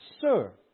Sir